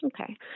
Okay